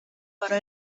però